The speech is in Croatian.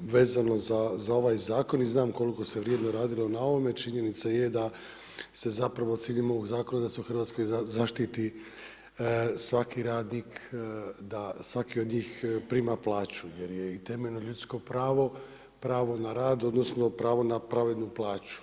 vezano za ovaj zakon i znam koliko se vrijedno radilo na ovome, činjenica je da se ciljem ovog zakona da se u Hrvatskoj zaštiti svaki radnik, da svaki od njih prima plaću jer je i temeljno ljudsko pravo, pravo na rad odnosno pravo na pravednu plaću.